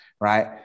right